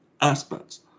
aspects